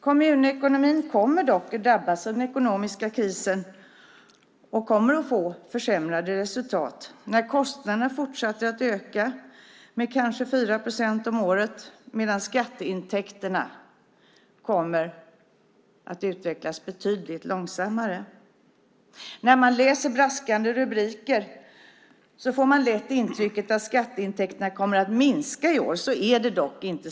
Kommunekonomin kommer dock att drabbas av den ekonomiska krisen och kommer att få försämrade resultat när kostnaderna fortsätter att öka med kanske 4 procent om året, medan skatteintäkterna kommer att utvecklas betydligt långsammare. När man läser braskande rubriker får man lätt intrycket att skatteintäkterna kommer att minska i år. Så är det dock inte.